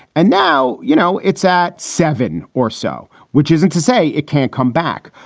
and now, you know, it's at seven or so, which isn't to say it can't come back.